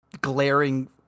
glaring